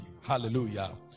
Hallelujah